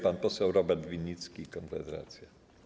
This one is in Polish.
Pan poseł Robert Winnicki, Konfederacja.